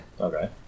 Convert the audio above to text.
okay